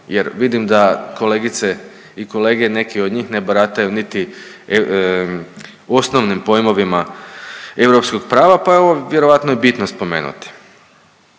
jer vidim da kolegice i kolege neki od njih ne barataju niti osnovnim pojmovima europskog prava, pa evo vjerojatno je bitno spomenuti.